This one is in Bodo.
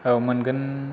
औ मोनगोन